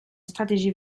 stratégie